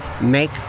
make